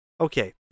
Okay